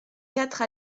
quatre